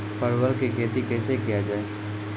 परवल की खेती कैसे किया जाय?